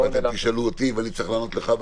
-- אתם תשאלו אותי, ואני אצטרך לענות לך.